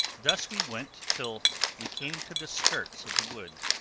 thus we went till we came to the skirts of the wood.